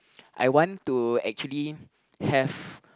I want to actually have